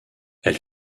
elle